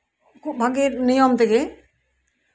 ᱠᱷᱩᱵ ᱵᱷᱟᱹᱜᱤ ᱱᱤᱭᱚᱢ ᱛᱮᱜᱮ